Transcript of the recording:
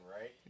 right